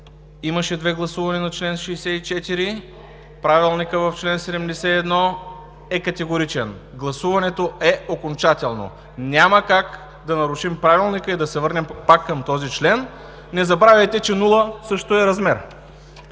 имаше две гласувания на чл. 64. Правилникът в чл. 71 е категоричен: гласуването е окончателно. Няма как да нарушим Правилника и да се върнем пак към този член. Не забравяйте, че нула също е размер.